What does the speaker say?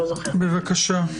כן, בבקשה.